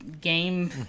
game